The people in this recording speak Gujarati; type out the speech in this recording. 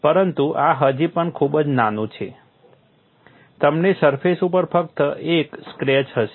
પરંતુ આ હજી પણ ખૂબ જ નાનું છે તમને સરફેસ ઉપર ફક્ત એક સ્ક્રેચ હશે